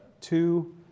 two